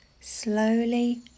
slowly